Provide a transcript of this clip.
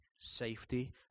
safety